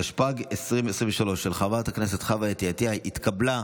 התשפ"ג 2023, נתקבל.